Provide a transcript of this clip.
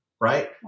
Right